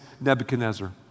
Nebuchadnezzar